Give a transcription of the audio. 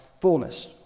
fullness